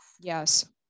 Yes